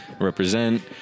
Represent